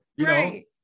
right